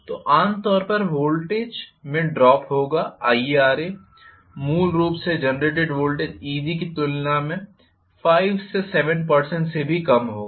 तो आम तौर पर वोल्टेज में ड्रॉप होगा IaRa मूल रूप से जेनरेटेड वोल्टेज Eg की तुलना में 5 से 7 प्रतिशत से भी कम होगा